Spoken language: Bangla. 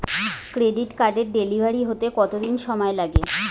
ক্রেডিট কার্ডের ডেলিভারি হতে কতদিন সময় লাগে?